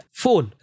phone